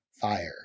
fire